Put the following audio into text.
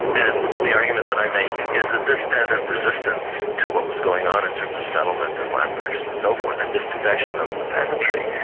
and the argument that i make is that peasant resistance to what was going on in terms of settlement and land purchase and so forth, and dispossession of the peasantry,